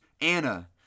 Anna